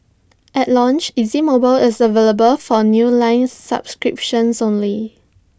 at launch easy mobile is available for new line subscriptions only